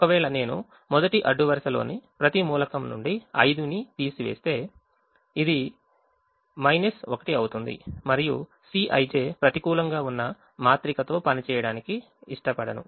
ఒకవేళ నేను మొదటి అడ్డు వరుసలోని ప్రతి మూలకం నుండి 5 ని తీసివేస్తే ఇది మైనస్ 1 అవుతుంది మరియు Cij ప్రతికూలంగా ఉన్న మాత్రికతో పనిచేయడానికి నేను ఇష్టపడను